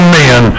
men